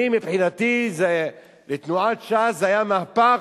מבחינתי תנועת ש"ס זה היה מהפך,